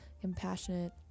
compassionate